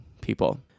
people